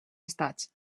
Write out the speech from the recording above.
estats